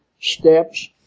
steps